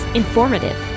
informative